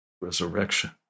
resurrection